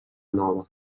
nova